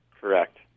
Correct